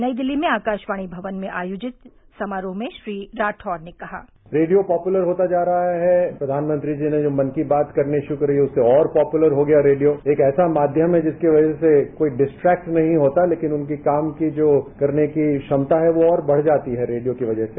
नई दिल्ली में आकाशवाणी भवन में आयोजित समारोह में श्री राठौड़ ने कहा रेडियो पापूलर होता जा रहा है प्रधानमंत्री जी ने जो मन की बात करनी शुरू करी उससे और पापूलर हो गया रेडियो एक ऐसा माध्यम है जिसकी वजह से कोई डिस्ट्रैक्ट नहीं होता लेकिन उनकी काम करने की क्षमता है वह और बढ़ जाती है रेडियो की वजह से